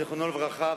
זיכרונו לברכה,